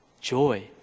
joy